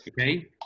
Okay